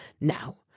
now